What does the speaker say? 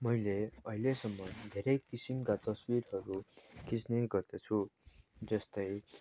मैले अहिलेसम्म धेरै किसिमका तस्विरहरू खिच्ने गर्दछु जस्तै